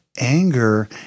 Anger